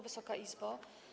Wysoka Izbo!